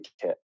kit